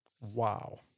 Wow